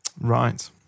Right